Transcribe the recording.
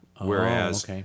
Whereas